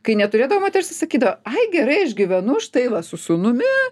kai neturėdavo moters jis sakydavo ai gerai aš gyvenu štai va su sūnumi